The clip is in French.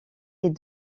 est